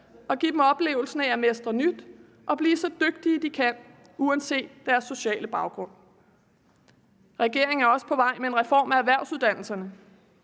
og give dem oplevelsen af at mestre nyt og blive så dygtige, de kan, uanset deres sociale baggrund. Regeringen er også på vej med en reform af erhvervsuddannelserne.